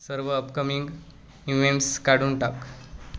सर्व upcoming events काढून टाक